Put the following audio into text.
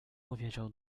powiedział